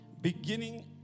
beginning